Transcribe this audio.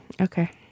Okay